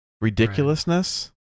ridiculousness